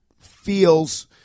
feels